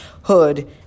Hood